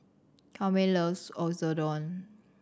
Kwame loves Oyakodon